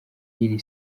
iri